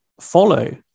follow